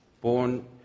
born